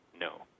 No